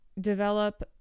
develop